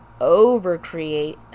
over-create